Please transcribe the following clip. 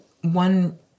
one